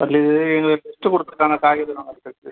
எங்களுக்கு லிஸ்ட் கொடுத்துருக்காங்க காய்கறி வாங்கறதுக்கு